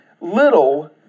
little